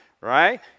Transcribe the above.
right